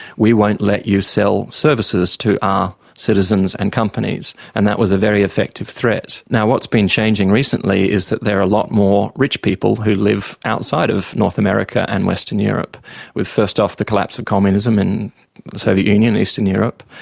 we won't let you sell services to our citizens and companies. and that was a very effective threat. now, what's been changing recently is that there are a lot more rich people who live outside of north america and western europe with first off the collapse of communism in the soviet union, eastern europe,